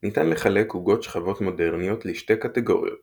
ניתן לחלק עוגות שכבות מודרניות לשתי קטגוריות